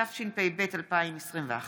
התשפ"ב 2021,